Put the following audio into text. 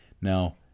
Now